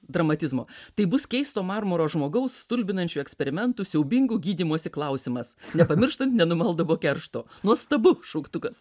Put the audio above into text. dramatizmo tai bus keisto marmuro žmogaus stulbinančių eksperimentų siaubingų gydymosi klausimas nepamirštant nenumaldomo keršto nuostabu šauktukas